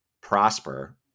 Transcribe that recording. prosper